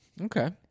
Okay